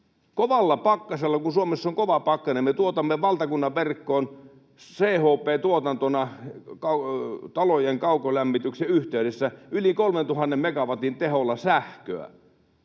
Kovalla pakkasella, kun Suomessa on kova pakkanen, me tuotamme valtakunnan verkkoon CHP-tuotantona talojen kaukolämmityksen yhteydessä yli 3 000 megawatin teholla sähköä.